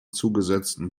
zugesetzten